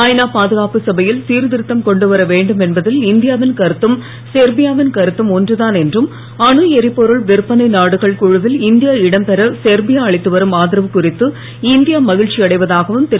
ஐநா பாதுகாப்பு சபையில் சீர்திருத்தம் கொண்டு வர வேண்டும் என்பதில் இந்தியாவின் கருத்தும் செர்பியாவின் கருத்தும் ஒன்றுதான் என்றும் அணு எரிபொருள் விற்பனை நாடுகள் குழுவில் இந்தியா இடம் பெற செர்பியா அளித்து வரும் ஆதரவு குறித்து இந்தியா மகிழ்ச்சி அடைவதாகவும் திரு